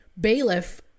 bailiff